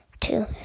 two